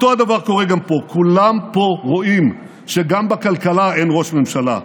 אותו הדבר קורה גם פה: כולם פה רואים שגם בכלכלה אין ראש ממשלה,